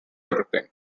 everything